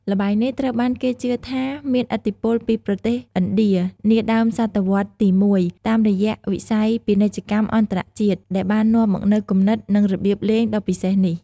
ល្បែងនេះត្រូវបានគេជឿថាមានឥទ្ធិពលពីប្រទេសឥណ្ឌានាដើមសតវត្សរ៍ទី១ តាមរយៈវិស័យពាណិជ្ជកម្មអន្តរជាតិ ដែលបាននាំមកនូវគំនិត និងរបៀបលេងដ៏ពិសេសនេះ។